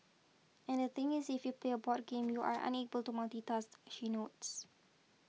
and the thing is if you play a board game you are unable to multitask she notes